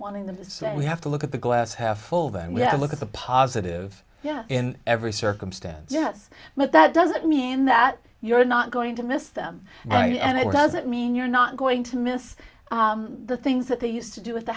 wanting them to say we have to look at the glass half full then we have a look at the positive yeah in every circumstance yes but that doesn't mean that you're not going to miss them and it doesn't mean you're not going to miss the things that they used to do with the